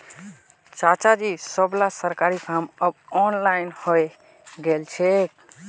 चाचाजी सबला सरकारी काम अब ऑनलाइन हइ गेल छेक